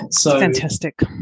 Fantastic